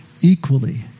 equally